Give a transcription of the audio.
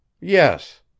Yes